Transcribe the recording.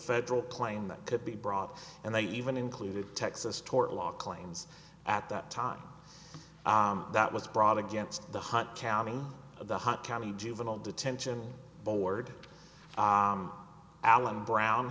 federal plane that could be brought and they even included texas tort law claims at that time that was brought against the hunt calving the hunt county juvenile detention board alan brown